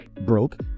Broke